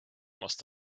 must